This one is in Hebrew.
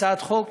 הצעת חוק